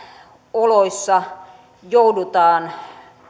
oloissa joudutaan